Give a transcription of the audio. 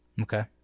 Okay